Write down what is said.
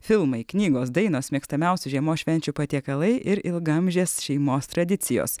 filmai knygos dainos mėgstamiausi žiemos švenčių patiekalai ir ilgaamžės šeimos tradicijos